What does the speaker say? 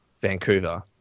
vancouver